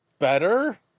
Better